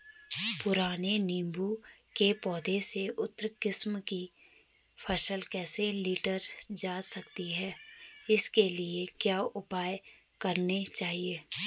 पुराने नीबूं के पौधें से उन्नत किस्म की फसल कैसे लीटर जा सकती है इसके लिए क्या उपाय करने चाहिए?